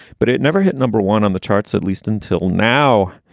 but it never hit number one on the charts, at least until now.